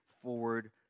forward